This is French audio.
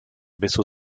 vaisseau